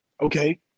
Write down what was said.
Okay